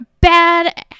bad